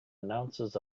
announces